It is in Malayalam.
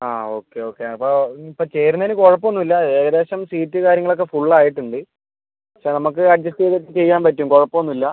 ആ ഓക്കെ ഓക്കെ അപ്പോൾ ഇപ്പം ചേരുന്നതിന് കുഴപ്പം ഒന്നും ഇല്ല ഏകദേശം സീറ്റ് കാര്യങ്ങൾ ഒക്കെ ഫുൾ ആയിട്ടുണ്ട് പക്ഷേ നമുക്ക് അഡ്ജസ്റ്റ് ചെയ്തിട്ട് ചെയ്യാൻ പറ്റും കുഴപ്പം ഒന്നും ഇല്ല